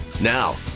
Now